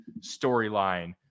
storyline